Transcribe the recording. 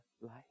life